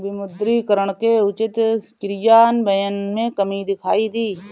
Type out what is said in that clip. विमुद्रीकरण के उचित क्रियान्वयन में कमी दिखाई दी